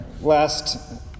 last